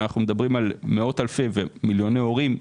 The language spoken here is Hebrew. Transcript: כשאנחנו מדברים על מאות אלפי ומיליוני הורים.